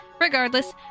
Regardless